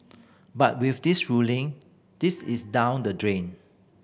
but with this ruling this is down the drain